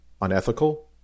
unethical